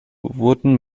wurden